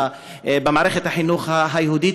במערכת החינוך היהודית,